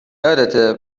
یادته